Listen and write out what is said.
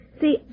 See